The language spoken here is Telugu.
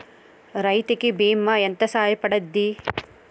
రైతు కి బీమా ఎంత సాయపడ్తది?